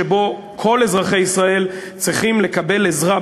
שכל אזרחי ישראל צריכים לקבל עזרה.